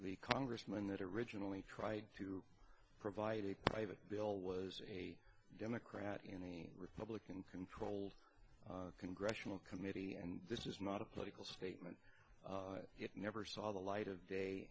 the congressman that originally cry to provide a private bill was a democrat in the republican controlled congressional committee and this is not a political statement it never saw the light of day